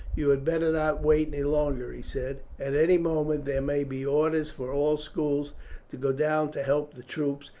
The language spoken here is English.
you had better not wait any longer, he said at any moment there may be orders for all schools to go down to help the troops,